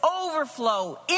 overflow